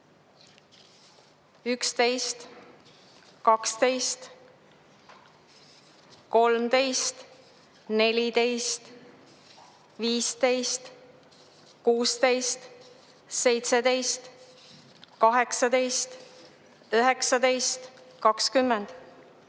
11, 12, 13, 14, 15, 16, 17, 18, 19, 20,